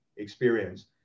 experience